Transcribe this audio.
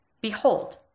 Behold